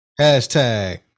Hashtag